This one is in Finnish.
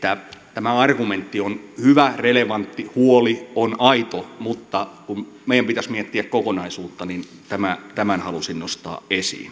tämä argumentti on hyvä relevantti huoli on aito mutta kun meidän pitäisi miettiä kokonaisuutta niin tämän halusin nostaa esille